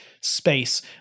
space